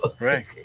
right